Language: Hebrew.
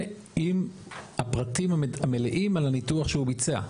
ועם הפרטים המלאים על הניתוח שהוא ביצע.